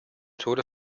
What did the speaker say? tode